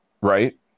Right